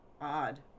odd